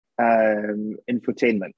infotainment